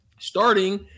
starting